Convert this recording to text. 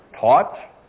taught